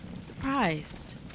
Surprised